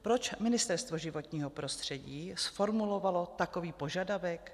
Proč Ministerstvo životního prostředí zformulovalo takový požadavek?